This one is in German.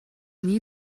nie